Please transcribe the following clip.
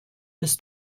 bis